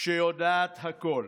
שיודעת הכול,